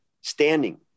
standing